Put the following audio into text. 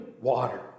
water